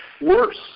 worse